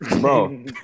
bro